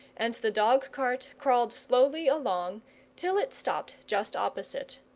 and the dog-cart crawled slowly along till it stopped just opposite.